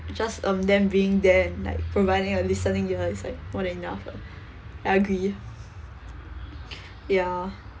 just um them being there and like providing a listening ear is like more than enough lah I agree ya